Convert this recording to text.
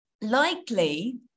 likely